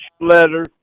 letter